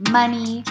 money